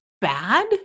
bad